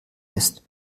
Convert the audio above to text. ist